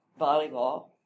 volleyball